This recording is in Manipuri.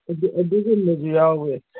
ꯑꯗꯨꯒꯨꯝꯕꯁꯨ ꯌꯥꯎꯋꯦ